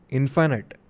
infinite